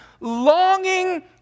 Longing